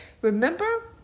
Remember